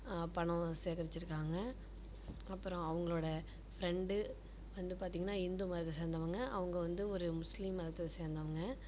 பணம் சேகரிச்சுருக்காங்க அப்புறம் அவங்களோட ஃபிரண்ட்டு வந்து பார்த்திங்ன்னா இந்து மதத்தை சேர்ந்தவங்க அவங்க வந்து ஒரு முஸ்லீம் மதத்தை சேர்ந்தவங்க